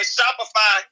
Shopify